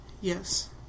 Yes